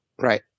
Right